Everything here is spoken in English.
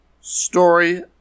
story